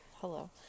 hello